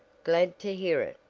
glad to hear it,